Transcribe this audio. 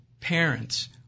parents